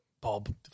Bob